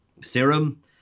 serum